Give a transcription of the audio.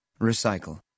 Recycle